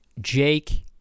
jake